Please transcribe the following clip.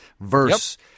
verse